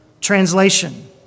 translation